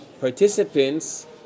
participants